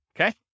okay